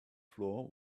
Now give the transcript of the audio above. floor